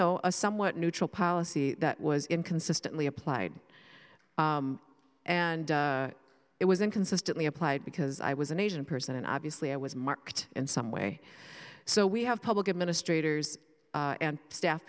know a somewhat neutral policy that was in consistently applied and it was in consistently applied because i was an asian person and obviously i was marked in some way so we have public administrators and staff